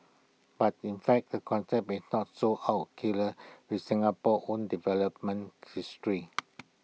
but in fact the concept is not so out killer with Singapore own development history